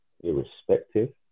irrespective